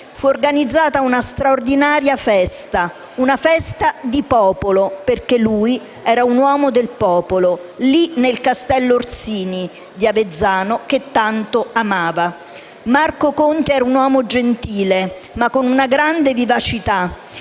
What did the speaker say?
fu organizzata una straordinaria festa, una festa di popolo, perché lui era un uomo del popolo, nel castello Orsini di Avezzano, che tanto amava. Marco Conti era un uomo gentile, ma con una grande vivacità,